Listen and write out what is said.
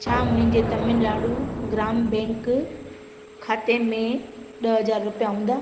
छा मुहिंजे तमिल नाडु ग्राम बैंक खाते में ॾह हज़ार रुपिया हूंदा